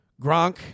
Gronk